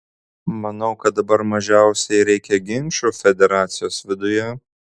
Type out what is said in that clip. manau kad dabar mažiausiai reikia ginčų federacijos viduje